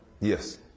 Yes